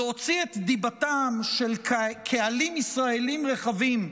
להוציא את דיבתם של קהלים ישראליים רחבים,